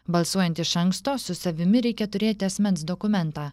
balsuojant iš anksto su savimi reikia turėti asmens dokumentą